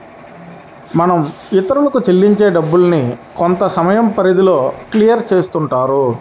మనం ఇతరులకు చెల్లించే డబ్బుల్ని కొంతసమయం పరిధిలో క్లియర్ చేస్తుంటారు